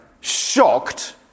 shocked